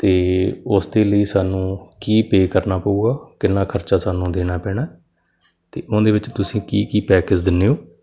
ਅਤੇ ਉਸ ਦੇ ਲਈ ਸਾਨੂੰ ਕੀ ਪੇ ਕਰਨਾ ਪਊਗਾ ਕਿੰਨਾ ਖਰਚਾ ਸਾਨੂੰ ਦੇਣਾ ਪੈਣਾ ਅਤੇ ਉਹਦੇ ਵਿੱਚ ਤੁਸੀਂ ਕੀ ਕੀ ਪੈਕੇਜ ਦਿੰਦੇ ਹੋ